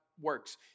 works